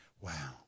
Wow